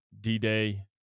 D-Day